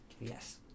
Yes